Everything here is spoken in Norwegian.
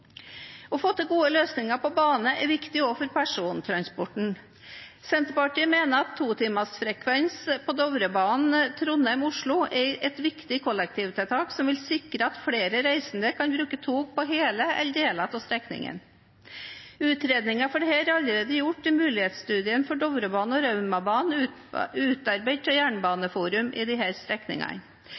Å få til gode løsninger på bane er viktig også for persontransporten. Senterpartiet mener at to timers frekvens på Dovrebanen Trondheim–Oslo er et viktig kollektivtiltak som vil sikre at flere reisende kan bruke tog på hele eller deler av strekningen. Utredningen av dette er allerede gjort i mulighetsstudien for Dovrebanen og Raumabanen, utarbeidet av strekningenes jernbaneforum.